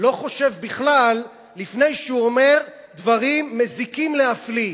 לא חושב בכלל לפני שהוא אומר דברים מזיקים להפליא,